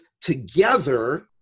together